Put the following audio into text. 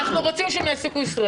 כי אנחנו רוצים שהם יעסיקו ישראלים.